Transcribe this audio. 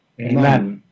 Amen